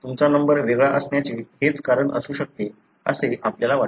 तुमचा नंबर वेगळा असण्याचे हेच कारण असू शकते असे आपल्याला वाटते